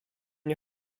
nie